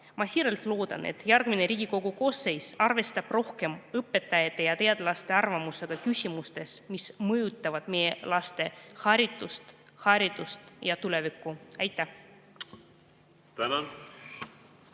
Ma siiralt loodan, et järgmine Riigikogu koosseis arvestab rohkem õpetajate ja teadlaste arvamustega küsimustes, mis mõjutavad meie laste haritust, haridust ja tulevikku. Aitäh!